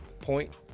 point